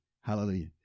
Hallelujah